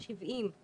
70,